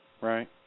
Right